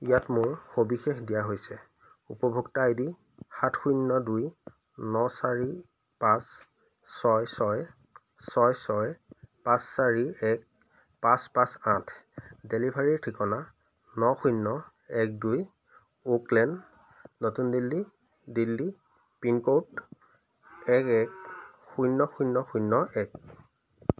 ইয়াত মোৰ সবিশেষ দিয়া হৈছে উপভোক্তা আই ডি সাত শূন্য দুই ন চাৰি পাঁচ ছয় ছয় ছয় ছয় পাঁচ চাৰি এক পাঁচ পাঁচ আঠ ডেলিভাৰীৰ ঠিকনা ন শূন্য এক দুই ওকলেন নতুন দিল্লী দিল্লী পিন ক'ড এক এক শূন্য শূন্য শূন্য এক